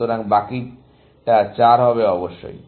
সুতরাং বাকিটা চার হবে অবশ্যই